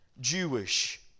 Jewish